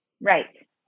Right